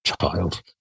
Child